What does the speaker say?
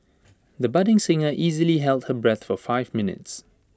the budding singer easily held her breath for five minutes